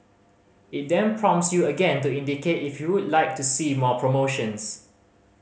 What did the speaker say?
it then prompts you again to indicate if you would like to see more promotions